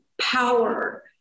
power